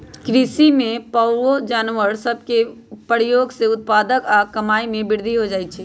कृषि में पोअउऔ जानवर सभ के प्रयोग से उत्पादकता आऽ कमाइ में वृद्धि हो जाइ छइ